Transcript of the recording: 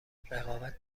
رقابت